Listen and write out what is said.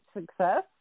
success